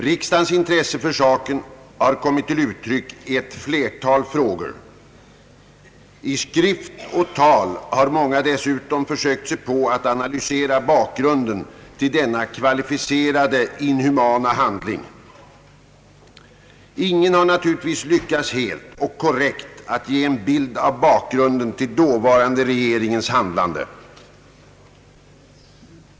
Riksdagens intresse för saken har kommit till uttryck i ett flertal frågor. I skrift och tal har många dessutom försökt sig på att analysera bakgrunden till denna kvalificerade inhumana handling. Ingen har naturligtvis lyckats att helt och korrekt ge en bild av bakgrunden till den dåvarande regeringens handlande.